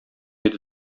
иде